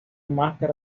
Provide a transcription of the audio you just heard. máscara